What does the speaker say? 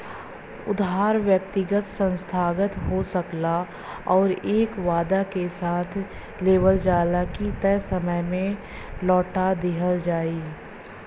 उधार व्यक्तिगत संस्थागत हो सकला उधार एह वादा के साथ लेवल जाला की तय समय में लौटा दिहल जाइ